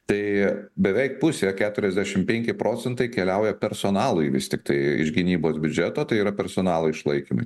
tai beveik pusė keturiasdešim penki procentai keliauja personalui vis tiktai iš gynybos biudžeto tai yra personalo išlaikymui